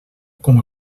com